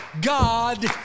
God